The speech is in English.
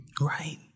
right